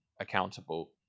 accountable